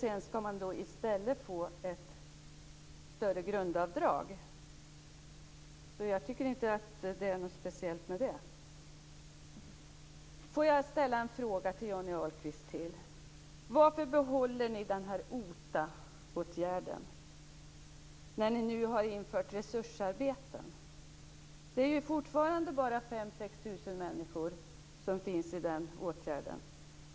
Sedan skall man i stället få ett större grundavdrag. Jag tycker inte att det är något speciellt med det. Låt mig ställa ännu en fråga till Johnny Ahlqvist: Varför behåller ni OTA-åtgärden när ni nu har infört resursarbeten? Det är ju fortfarande bara 5 000-6 000 människor som finns i den åtgärden.